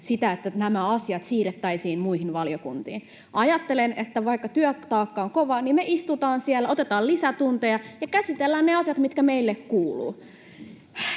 että nämä asiat siirrettäisiin muihin valiokuntiin. Ajattelen, että vaikka työtaakka on kova, niin me istutaan siellä, otetaan lisätunteja ja käsitellään ne asiat, mitkä meille kuuluu.